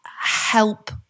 help